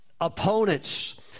opponents